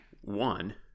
one